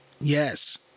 Yes